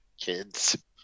Kids